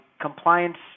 compliance